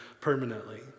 permanently